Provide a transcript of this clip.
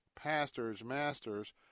pastorsmasters